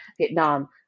vietnam